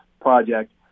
project